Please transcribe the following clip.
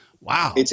wow